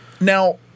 Now